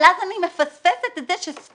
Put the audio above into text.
אבל אז אני מפספסת את זה ש"סקודה"